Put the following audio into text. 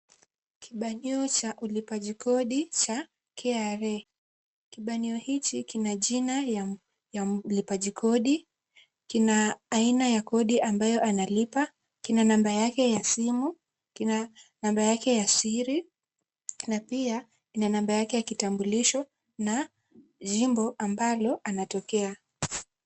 Kibanio cha ulipajikodi cha KRA.Kibanio hiki kina jina ya mlipaji kodi. Kina aina ya kodi ambayo analipa. Kina namba yake ya simu. Kina namba yake ya siri na pia kina namba yake ya kitambulisho na jimbo ambalo anatokea.